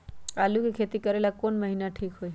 आलू के खेती करेला कौन महीना ठीक होई?